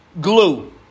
Glue